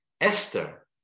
Esther